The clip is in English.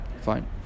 fine